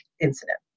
incident